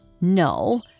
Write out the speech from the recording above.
No